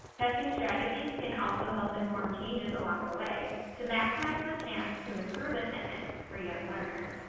testing strategies can also help inform changes along the way to maximize the chance to improve attendance for young learners.